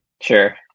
sure